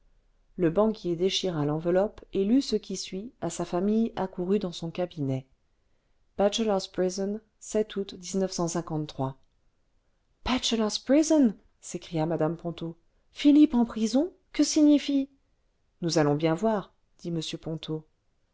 le banquier déchira l'enveloppe et lut ce qui suit à sa famille accourue dans son cabinet bachelors prison août bachelors prison s'écria mmo ponto philippe en prison que signifie nous allons bien voir dit m ponto